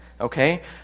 Okay